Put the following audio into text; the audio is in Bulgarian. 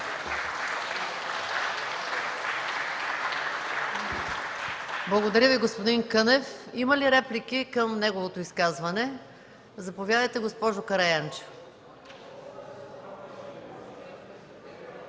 Благодаря Ви, господин Кънев. Има ли реплики към неговото изказване? Заповядайте, госпожо Караянчева.